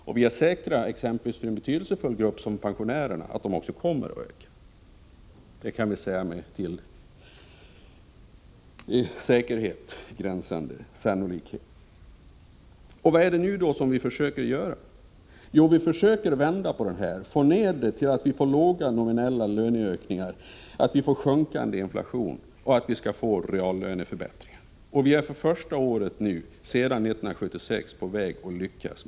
När det gäller en betydelsefull grupp som pensionärerna blir det också med till sannolikhet gränsande visshet en ökning. Vad är det då som vi försöker göra? Jo, vi försöker vända på det hela: få låga nominella löneökningar, sjunkande inflation och reallöneförbättringar. Det här året är det första året sedan 1976 som det är på väg att lyckas.